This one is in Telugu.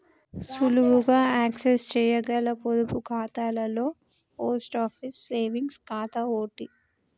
సులువుగా యాక్సెస్ చేయగల పొదుపు ఖాతాలలో పోస్ట్ ఆఫీస్ సేవింగ్స్ ఖాతా ఓటి